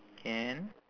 can